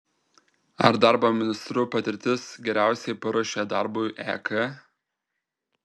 ar darbo ministru patirtis geriausiai paruošia darbui ek